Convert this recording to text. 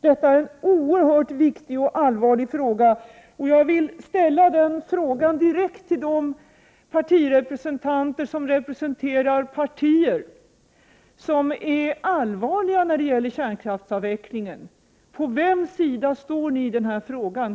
Detta är en oerhört viktig och allvarlig fråga, och jag vill ställa den direkt till representanter för partier som är allvarliga när det gäller kärnkraftsavvecklingen: På vems sida står ni i denna fråga?